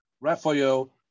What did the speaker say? Rafael